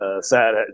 Sad